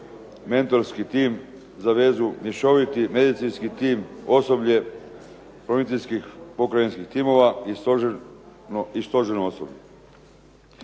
mentorski tim za vezu mješoviti, medicinski tim, osoblje policijskih pokrajinskih timova i stožerno osoblje.